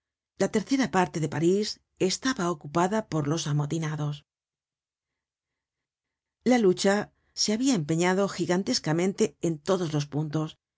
la tercera parte de parís estaba ocupaba por los amotinados la lucha se habia empeñado gigantescamente en todos los puntos y